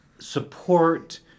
support